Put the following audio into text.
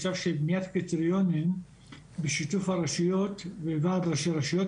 בניית קריטריונים בשיתוף הרשויות וועד ראשי הרשויות,